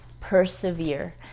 persevere